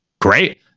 great